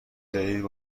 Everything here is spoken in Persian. جدید